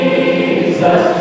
Jesus